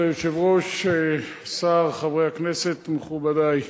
ברשות היושב-ראש, השר, חברי הכנסת, מכובדי,